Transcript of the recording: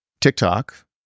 TikTok